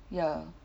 ya